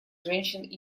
женщин